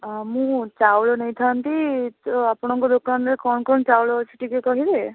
ମୁଁ ଚାଉଳ ନେଇଥାନ୍ତି ତ ଆପଣଙ୍କ ଦୋକାନରେ କ'ଣ କ'ଣ ଚାଉଳ ଅଛି ଟିକିଏ କହିବେ